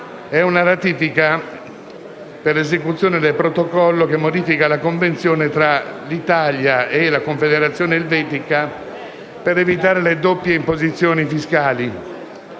È una ratifica per l'esecuzione del Protocollo che modifica la Convenzione tra l'Italia e la Confederazione elvetica per evitare le doppie imposizioni fiscali.